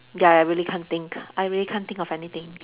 ya I really can't think I really can't think of anything